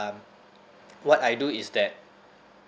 what I do is that